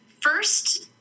first